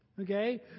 Okay